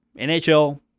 NHL